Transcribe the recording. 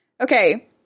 Okay